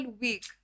week